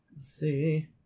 see